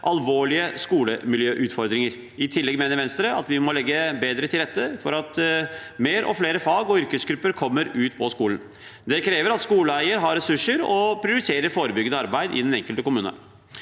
alvorlige skolemiljøutfordringer. I tillegg mener Venstre at vi må legge bedre til rette for at mer og flere fag og yrkesgrupper kommer ut på skolene. Det krever at skoleeier har ressurser og prioriterer forebyggende arbeid i den enkelte kommune.